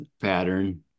pattern